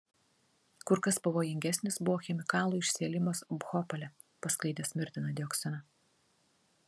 kur kas pavojingesnis buvo chemikalų išsiliejimas bhopale paskleidęs mirtiną dioksiną